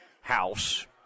house